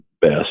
best